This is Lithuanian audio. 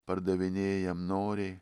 pardavinėjam noriai